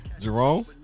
Jerome